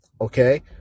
okay